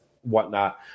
whatnot